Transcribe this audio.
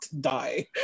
die